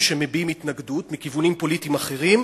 שמביעים התנגדות מכיוונים פוליטיים אחרים,